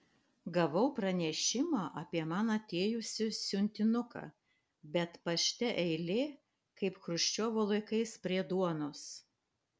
gavau pranešimą apie man atėjusį siuntinuką bet pašte eilė kaip chruščiovo laikais prie duonos